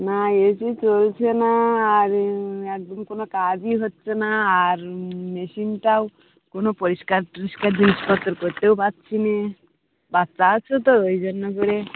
না এসি চলছে না আর একদম কোনও কাজই হচ্ছে না আর মেশিনটাও কোনও পরিষ্কার টরিষ্কার জিনিসপত্র করতেও পারছি নে বাচ্চা আছে তো ওই জন্য করে